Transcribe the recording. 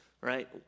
Right